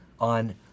on